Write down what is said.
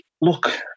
look